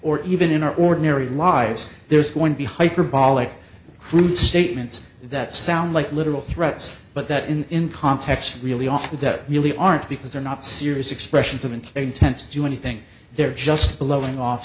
or even in our ordinary lives there's going be hyperbolic crude statements that sound like literal threats but that in context really off with that really aren't because they're not serious expressions of an intent to do anything they're just blowing off